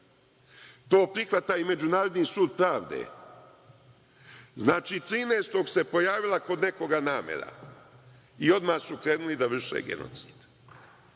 prihvata i Međunarodni sud pravde. Znači, 13. se pojavila kod nekoga namera i odmah su krenuli da vrše genocid.